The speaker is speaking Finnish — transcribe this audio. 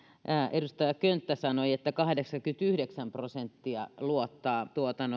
edustaja könttä sanoi että kahdeksankymmentäyhdeksän prosenttia luottaa